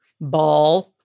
ball